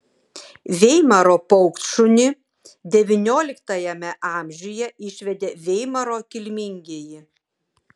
veimaro paukštšunį devynioliktajame amžiuje išvedė veimaro kilmingieji